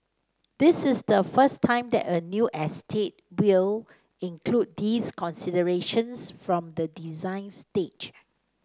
this is the first time that a new estate will include these considerations from the design stage